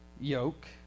yoke